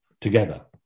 together